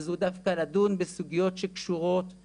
אז הוא דווקא לדון בסוגיות שקשורות,